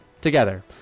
together